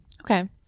Okay